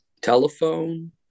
telephone